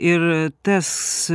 ir tas